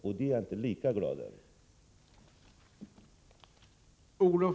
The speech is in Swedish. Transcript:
Det är jag inte lika glad över.